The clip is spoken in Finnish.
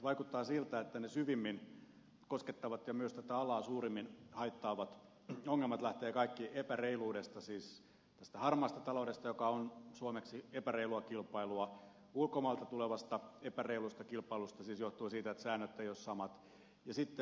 vaikuttaa siltä että ne syvimmin koskettavat ja myös tätä alaa suurimmin haittaavat ongelmat lähtevät kaikki epäreiluudesta siis tästä harmaasta taloudesta joka on suomeksi epäreilua kilpailua ulkomailta tulevasta epäreilusta kilpailusta siis johtuen siitä että säännöt eivät ole samat